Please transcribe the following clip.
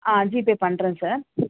ஆ GPay பண்ணுறேன் sir